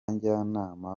njyanama